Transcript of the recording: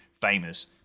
famous